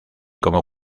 como